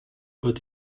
but